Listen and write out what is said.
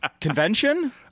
convention